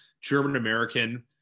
German-American